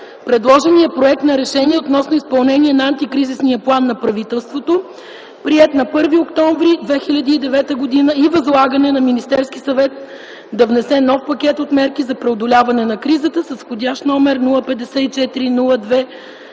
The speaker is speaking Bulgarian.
предложения Проект за решение относно изпълнението на Антикризисния план на правителството, приет на 1.10.2009 г., и възлагане на Министерския съвет да внесе нов пакет от мерки за преодоляване на кризата, вх. № 054-02-25,